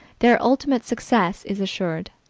their ultimate success is assured.